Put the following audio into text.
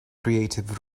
creative